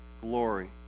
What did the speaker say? glory